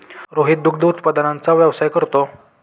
रोहित दुग्ध उत्पादनाचा व्यवसाय करतो